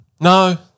No